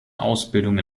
ausbildung